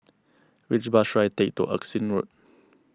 which bus should I take to Erskine Road